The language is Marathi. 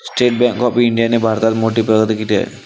स्टेट बँक ऑफ इंडियाने भारतात मोठी प्रगती केली आहे